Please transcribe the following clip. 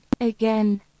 Again